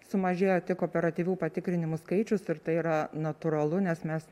sumažėjo tik operatyvių patikrinimų skaičius ir tai yra natūralu nes mes